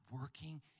working